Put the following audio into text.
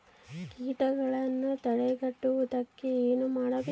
ಕೇಟಗಳನ್ನು ತಡೆಗಟ್ಟುವುದಕ್ಕೆ ಏನು ಮಾಡಬೇಕು?